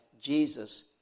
Jesus